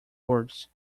words